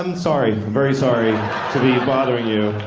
and sorry. very sorry to be bothering you.